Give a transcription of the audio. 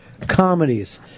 Comedies